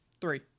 Three